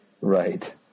Right